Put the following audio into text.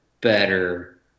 better